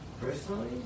Personally